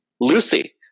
Lucy